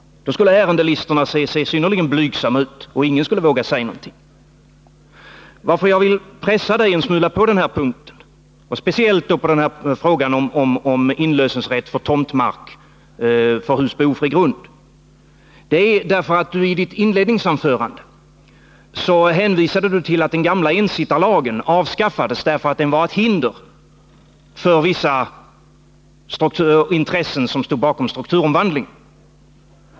Då skulle ärendelistorna se synnerligen blygsamma ut och ingen skulle våga säga någonting. Anledningen till att jag vill pressa Ingemar Konradsson en smula på den här punkten — speciellt i vad gäller rätt att inlösa tomtmark för hus på ofri grund — är att han i sitt inledningsanförande hänvisade till att den gamla ensittarlagen avskaffades därför att den var ett hinder för vissa intressen, som stod bakom strukturomvandlingen.